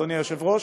אדוני היושב-ראש: